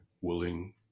willing